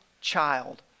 child